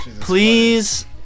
please